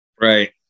right